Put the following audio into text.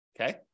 Okay